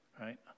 right